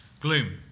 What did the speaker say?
gloom